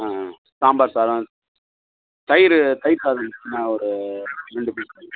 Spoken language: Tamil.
ஆ ஆ சாம்பார் சாதம் தயிர் தயிர் சாதம் இருந்துச்சுன்னா ஒரு ரெண்டுப் பீஸ் கொடுங்க